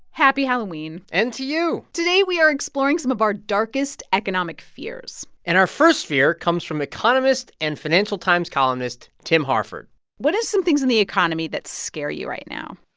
happy halloween and to you today we are exploring some of our darkest economic fears and our first fear comes from economist and financial times columnist tim harford what are some things in the economy that scare you right now?